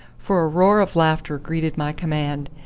for a roar of laughter greeted my command,